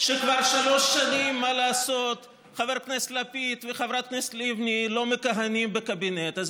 ראש הממשלה מסית נגד כל הציבור במדינת ישראל,